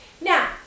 Now